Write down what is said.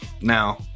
Now